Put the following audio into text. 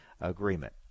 agreement